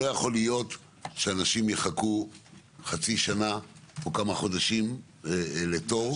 לא יכול להיות שאנשים יחכו חצי שנה או כמה חודשים לתור.